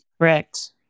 Correct